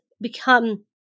become